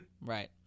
right